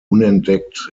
unentdeckt